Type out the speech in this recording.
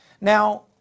now